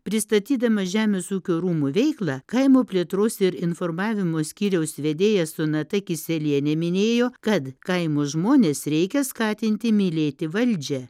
pristatydamas žemės ūkio rūmų veiklą kaimo plėtros ir informavimo skyriaus vedėja sonata kisielienė minėjo kad kaimo žmones reikia skatinti mylėti valdžią